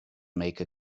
make